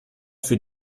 für